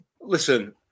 listen